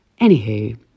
Anywho